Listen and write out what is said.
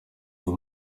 iyi